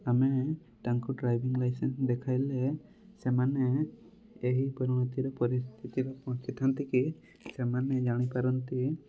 ଆମେ ତାଙ୍କୁ driving licence ଦେଖାଇଲେ ସେମାନେ ଏହି ପରିଣତିରେ ପରିସ୍ଥିତିର ପହଞ୍ଚିଥାନ୍ତି କି ସେମାନେ ଜାଣିପାରନ୍ତି